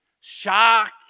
shock